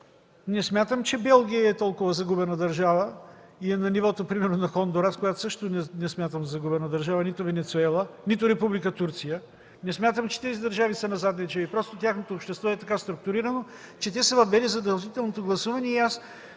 Не смятам, че Белгия е толкова загубена държава и е на нивото примерно на Хондурас, която също не смятам за загубена държава, нито Венецуела, нито Република Турция. Не смятам, че тези държави са назадничави, просто тяхното общество е така структурирано, че те са въвели задължителното гласуване.